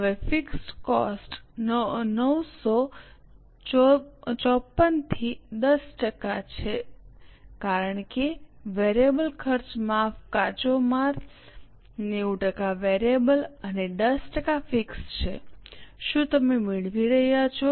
હવે fixed cost 954 થી 10 ટકાનો છે કારણ કે વેરીએબલ ખર્ચ માફ કાચો માલ 90 ટકા વેરીએબલ અને 10 ટકા ફિક્સ છે શું તમે મેળવી રહ્યા છો